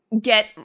get